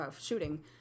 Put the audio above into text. shooting